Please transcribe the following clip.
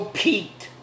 peaked